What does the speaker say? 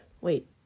wait